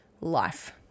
life